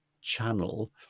channel